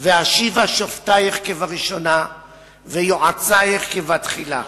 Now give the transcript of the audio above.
"ואשיבה שפטיך כבראשונה ויועציך כבתחילה,